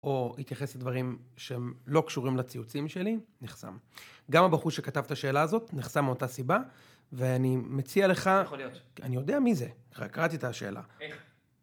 או התייחס לדברים שהם לא קשורים לציוצים שלי, נחסם. גם הבחור שכתב את השאלה הזאת, נחסם מאותה סיבה, ואני מציע לך... איך יכול להיות? אני יודע מי זה, רק קראתי את השאלה. איך?